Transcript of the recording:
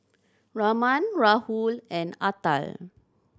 Raman Rahul and Atal